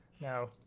Now